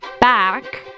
back